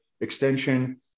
extension